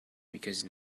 because